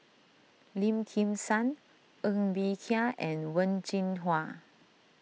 Lim Kim San Ng Bee Kia and Wen Jinhua